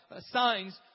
signs